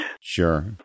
Sure